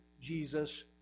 Jesus